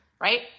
right